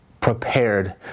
prepared